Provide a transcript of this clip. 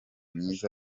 myiza